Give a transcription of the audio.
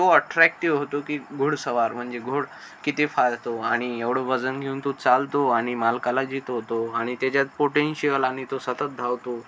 तो अट्रॅक्टीव्ह होतो की घुडसवार म्हणजे घुड किती फास्ट जातो आणि एवढं वजन घेऊन तो चालतो आणि मालकाला जीतवतो आणि त्याच्यात पोटेन्शियल आणि तो सतत धावतो